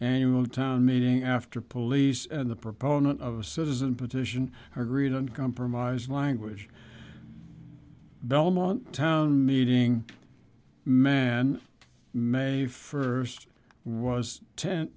annual town meeting after police and the proponent of a citizen petition agreed and compromise language belmont town meeting men may first was ten